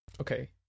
okay